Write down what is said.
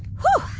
whew,